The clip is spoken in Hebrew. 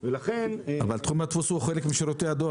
ולכן -- אבל תחום הדפוס הוא חלק משירותי הדואר.